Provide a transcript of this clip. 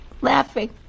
laughing